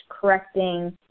correcting